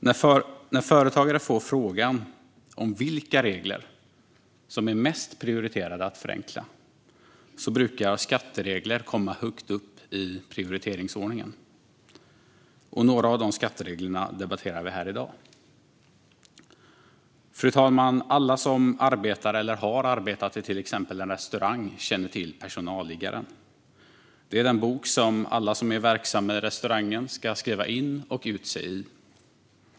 När företagare får frågan vilka regler som är mest prioriterade att förenkla brukar skatteregler komma högt upp i prioriteringsordningen. Några av dessa skatteregler debatterar vi här i dag. Fru talman! Alla som arbetar eller har arbetat på exempelvis en restaurang känner till personalliggaren. Det är den bok som alla som är verksamma i restaurangen ska skriva in och ut sig i.